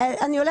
אני אראה לך.